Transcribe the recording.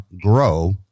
Grow